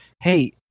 hey